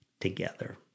together